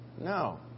No